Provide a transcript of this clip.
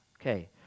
Okay